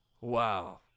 Wow